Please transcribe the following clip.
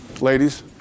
ladies